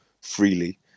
freely